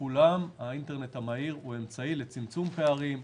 לכולם האינטרנט המהיר הוא אמצעי לצמצום פערים,